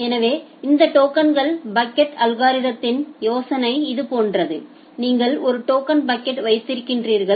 எனவே இந்த token bucket அல்கோரிததின் யோசனை இது போன்றது நீங்கள் ஒரு டோக்கன் பக்கெட் வைத்திருக்கிறீர்கள்